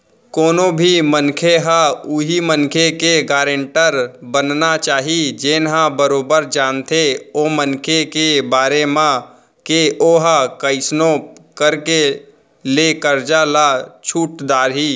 कोनो भी मनखे ह उहीं मनखे के गारेंटर बनना चाही जेन ह बरोबर जानथे ओ मनखे के बारे म के ओहा कइसनो करके ले करजा ल छूट डरही